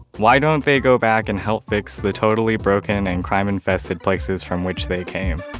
why don't they go back and help fix the totally broken and crime-infested places from which they came?